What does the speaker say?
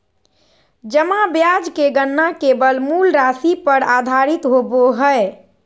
जमा ब्याज के गणना केवल मूल राशि पर आधारित होबो हइ